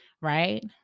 right